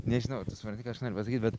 nežinau supranti ką aš noriu pasakyt bet